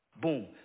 boom